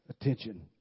Attention